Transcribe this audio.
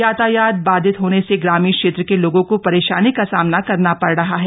यातायात बाधित होने से ग्रामीण क्षेत्र के लोगों को परेशानी का सामना करना पड़ रहा है